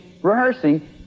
Rehearsing